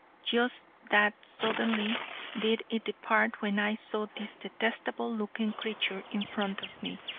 just that suddenly did it depart when i saw this detestable looking creature in front of me.